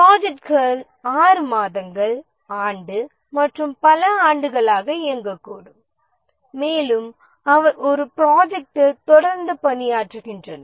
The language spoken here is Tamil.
ப்ராஜெக்ட்கள் 6 மாதங்கள் ஆண்டு மற்றும் பல ஆண்டுகளாக இயங்கக்கூடும் மேலும் அவர் ஒரு ப்ராஜெக்ட்டில் தொடர்ந்து பணியாற்றுகின்றனர்